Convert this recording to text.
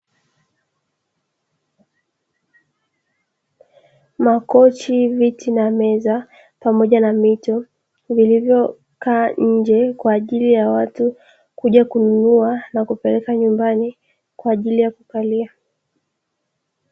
Makochi, viti, na meza pamoja na mito vilivyokaa nje kwaajili ya watu kuja kununua na kupeleka nyumbani kwaajili ya kukalia.